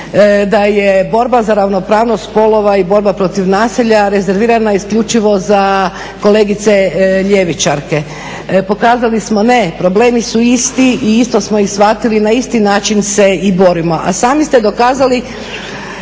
da je borba za ravnopravnost spolova i borba protiv nasilja rezervirana isključivo za kolegice ljevičarke. Pokazali smo, ne problemi su isti i isto smo ih shvatili. Na isti način se i borimo, a sami ste dokazali